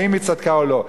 אם היא צדקה או לא.